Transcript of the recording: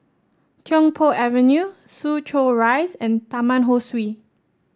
Tiong Poh Avenue Soo Chow Rise and Taman Ho Swee